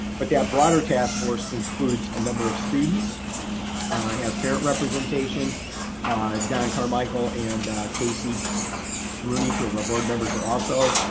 but that broader task force includes a number of students and as parent representation don carmichael and casey rooney to a board members are also